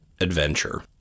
adventure